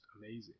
amazing